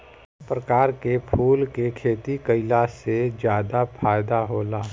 कवना प्रकार के फूल के खेती कइला से ज्यादा फायदा होला?